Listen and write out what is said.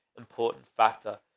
important factor.